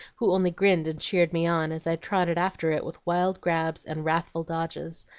who only grinned and cheered me on as i trotted after it with wild grabs and wrathful dodges.